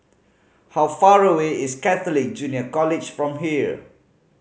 how far away is Catholic Junior College from here